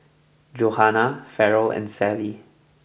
Johana Farrell and Sally